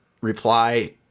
reply